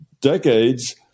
decades